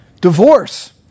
Divorce